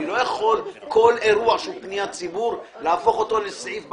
אני לא יכול כל אירוע להפוך לסעיף בחוק.